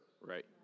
Right